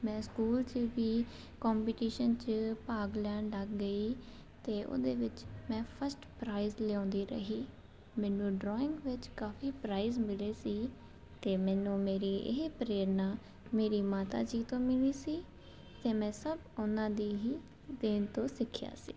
ਮੈਂ ਸਕੂਲ 'ਚ ਵੀ ਕੰਪੀਟੀਸ਼ਨ 'ਚ ਭਾਗ ਲੈਣ ਲੱਗ ਗਈ ਅਤੇ ਉਹਦੇ ਵਿੱਚ ਮੈਂ ਫਸਟ ਪ੍ਰਾਈਜ ਲਿਆਉਂਦੀ ਰਹੀ ਮੈਨੂੰ ਡਰਾਇੰਗ ਵਿੱਚ ਕਾਫ਼ੀ ਪ੍ਰਾਈਜ ਮਿਲੇ ਸੀ ਅਤੇ ਮੈਨੂੰ ਮੇਰੀ ਇਹ ਪ੍ਰੇਰਨਾ ਮੇਰੀ ਮਾਤਾ ਜੀ ਤੋਂ ਮਿਲੀ ਸੀ ਅਤੇ ਮੈਂ ਸਭ ਉਹਨਾਂ ਦੀ ਹੀ ਦੇਣ ਤੋਂ ਸਿੱਖਿਆ ਸੀ